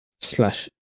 slash